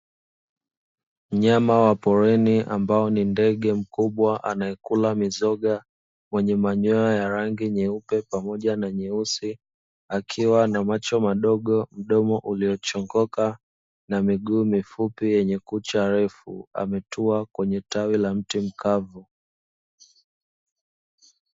Mnyama wa porini ambao ni ndege mkubwa anaekula mizoga mwenye manyoya ya rangi nyeupe pamoja na nyeusi akiwa na macho madogo, mdomo uliochongoka na miguu mifupi yenye kucha refu, ametua kwenye tawi la mti mkavu.